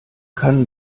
kann